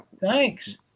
Thanks